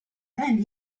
then